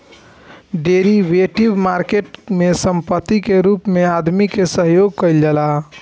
derivative market में संपत्ति के रूप में आदमी के सहयोग कईल जाला